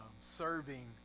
serving